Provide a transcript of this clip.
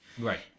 Right